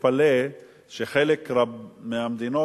תתפלא שחלק מהמדינות,